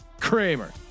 Kramer